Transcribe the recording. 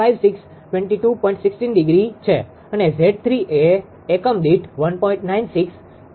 16° છે અને 𝑍3 એ એકમ દીઠ 1